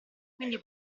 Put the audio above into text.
quindi